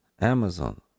Amazon